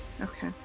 Okay